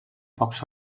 pocs